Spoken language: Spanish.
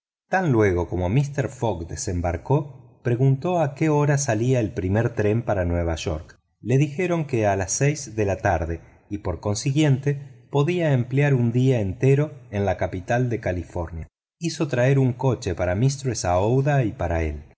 tan luego como mister fogg desembarcó preguntó a qué hora salía el primer tren para nueva york le dijeron que a las seis de la tarde y por consiguiente podía emplear un día entero en la capital de califomia hizo traer un coche para mistress aouida y para él